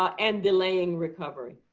ah and delaying recovery.